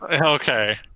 Okay